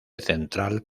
central